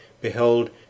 Behold